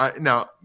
now